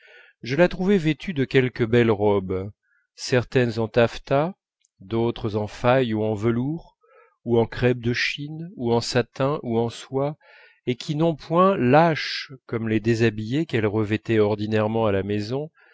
je la trouvais vêtue de quelque belle robe certaines en taffetas d'autres en faille ou en velours ou en crêpe de chine ou en satin ou en soie et qui non point lâches comme les déshabillés qu'elle revêtait ordinairement à la maison